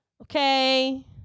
Okay